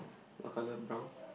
what colour brown